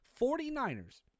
49ERS